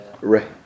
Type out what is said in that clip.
Right